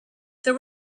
there